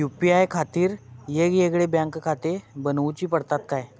UPI खातीर येगयेगळे बँकखाते बनऊची पडतात काय?